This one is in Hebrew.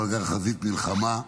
אבל גם חזית מלחמה.